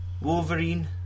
Wolverine